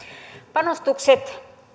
panostukset